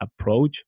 approach